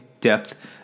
depth